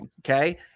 Okay